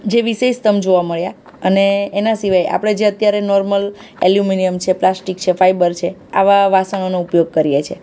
જે વિશેષતમ જોવા મળ્યા અને એના સિવાય આપણે જે અત્યારે નોર્મલ એલ્યુમિનિયમ છે પ્લાસ્ટિક છે ફાઈબર છે આવાં વાસણોનો ઉપયોગ કરીએ છીએ